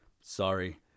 sorry